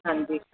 ਹਾਂਜੀ